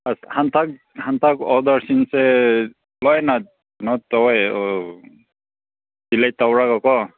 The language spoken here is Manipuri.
ꯑꯁ ꯍꯟꯗꯛ ꯍꯟꯗꯛ ꯑꯣꯗꯔꯁꯤꯡꯁꯦ ꯂꯣꯏꯅ ꯀꯩꯅꯣ ꯇꯧꯋꯦ ꯗꯤꯂꯦ ꯇꯧꯔꯒꯀꯣ